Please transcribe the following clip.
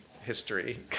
history